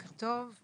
בוקר טוב,